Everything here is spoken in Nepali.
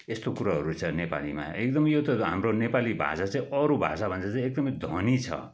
यस्तो कुरोहरू छ नेपालीमा एकदम यो त हाम्रो नेपाली भाषा चाहिँ अरू भाषा भन्दा चाहिँ एकदमै धनी छ